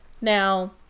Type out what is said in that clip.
Now